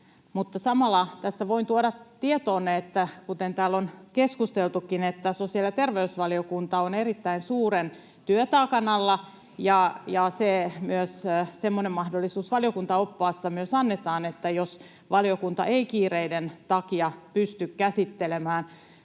samalla tässä voin tuoda tietoonne — kuten täällä on keskusteltukin — että sosiaali- ja terveysvaliokunta on erittäin suuren työtaakan alla, ja semmoinen mahdollisuus valiokuntaoppaassa myös annetaan, että jos valiokunta ei kiireiden takia pysty käsittelemään